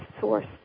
source